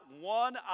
one